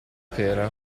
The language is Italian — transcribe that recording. pera